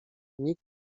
nikt